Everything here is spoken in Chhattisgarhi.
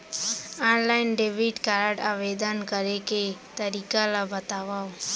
ऑनलाइन डेबिट कारड आवेदन करे के तरीका ल बतावव?